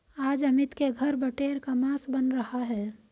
आज अमित के घर बटेर का मांस बन रहा है